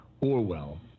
Orwell